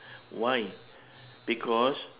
why because